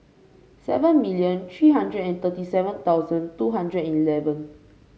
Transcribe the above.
seven million three hundred and thirty seven thousand two hundred and eleven